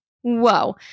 Whoa